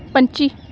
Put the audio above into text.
ਪੰਛੀ